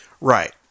Right